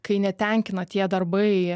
kai netenkina tie darbai